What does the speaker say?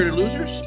Losers